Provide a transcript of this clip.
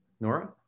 Nora